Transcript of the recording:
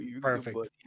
Perfect